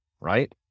Right